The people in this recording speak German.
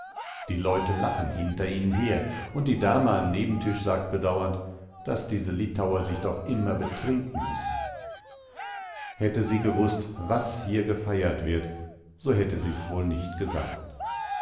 die leute lachen hinter ihnen her und die dame am nebentisch sagt bedauernd daß diese litauer sich doch immer betrinken müssen hätte sie gewußt was hier gefeiert wird so hätte sie's wohl nicht gesagt